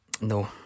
No